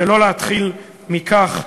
שלא להתחיל מכך.